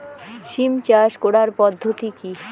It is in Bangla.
সিম চাষ করার পদ্ধতি কী?